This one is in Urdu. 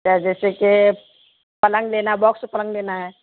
کیا جیسے کہ پلنگ لینا باکس پلنگ لینا ہے